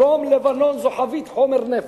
דרום-לבנון זו חבית חומר נפץ.